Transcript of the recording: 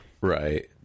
right